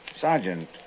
Sergeant